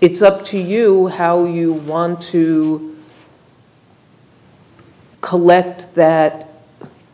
it's up to you how you want to collect that